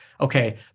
okay